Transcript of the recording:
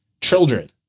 children